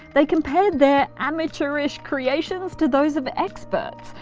they compared their amateurish creations to those of experts,